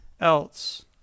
else